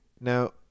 Now